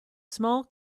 small